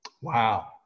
Wow